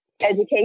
education